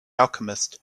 alchemist